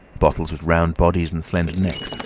bottles with round bodies and slender necks,